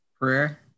prayer